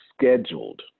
scheduled